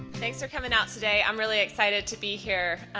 thanks for coming out today! i'm really excited to be here.